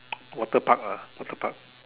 water Park lah water Park